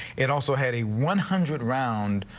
it also had a one hundred round.